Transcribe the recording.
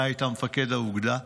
אתה היית מפקד האוגדה.